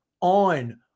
on